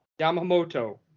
Yamamoto